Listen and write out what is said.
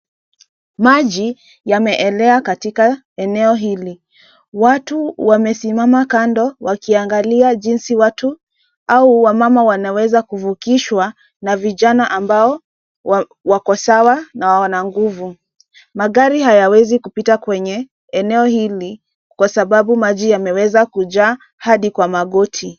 Maji yameenea katika eneo hili. Watu wamesimama kando wakiangalia jinsi watu au wamama wanaweza kuvukishwa na vijana ambao wako sawa na wana nguvu. Magari hayawezi kupita kwenye eneo hili kwa sababu maji yameweza kujaa hadi kwa magoti.